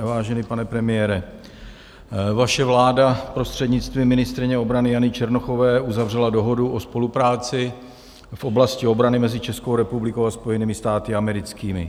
Vážený pane premiére, vaše vláda prostřednictvím ministryně obrany Jany Černochové uzavřela dohodu o spolupráci v oblasti obrany zemi Českou republikou a Spojenými státy americkými.